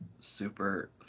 super